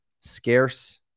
scarce